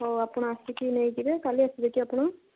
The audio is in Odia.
ହଉ ଆପଣ ଆସିକି ନେଇଯିବେ କାଲି ଆସିବେ କି ଆପଣ